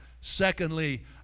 Secondly